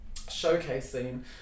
showcasing